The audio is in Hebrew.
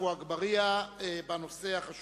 עפו אגבאריה, בבקשה, בנושא החשוב,